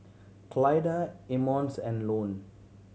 Clyda Emmons and Ione